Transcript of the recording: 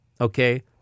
Okay